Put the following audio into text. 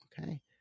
okay